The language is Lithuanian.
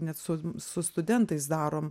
net su su studentais darom